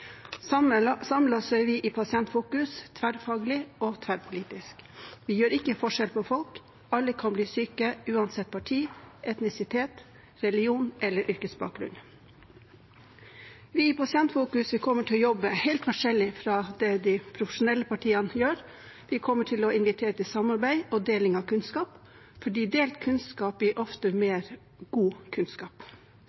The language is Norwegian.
er vi i Pasientfokus tverrfaglige og tverrpolitiske. Vi gjør ikke forskjell på folk. Alle kan bli syke, uansett parti, etnisitet, religion eller yrkesbakgrunn. Vi i Pasientfokus kommer til å jobbe helt forskjellig fra det de profesjonelle partiene gjør. Vi kommer til å invitere til samarbeid og deling av kunnskap, for delt kunnskap gir ofte